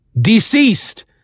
Deceased